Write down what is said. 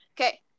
Okay